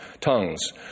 tongues